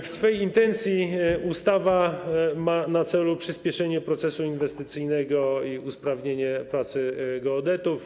W swej intencji ustawa ma na celu przyspieszenie procesu inwestycyjnego i usprawnienie pracy geodetów.